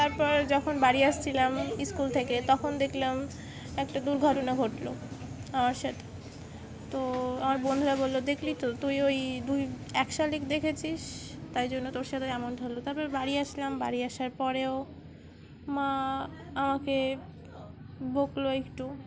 তারপর যখন বাড়ি আসছিলাম স্কুল থেকে তখন দেখলাম একটা দুর্ঘটনা ঘটলো আমার সাথে তো আমার বন্ধুরা বললো দেখলি তো তুই ওই দুই এক শালিক দেখেছিস তাই জন্য তোর সাথে এমন ধরলো তারপর বাড়ি আসলাম বাড়ি আসার পরেও মা আমাকে বকলো একটু